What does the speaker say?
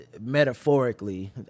metaphorically